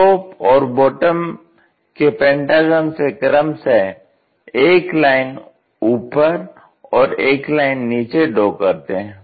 top और bottom के pentagon से क्रमशः एक लाइन ऊपर और एक लाइन नीचे ड्रॉ करते हैं